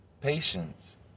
Patience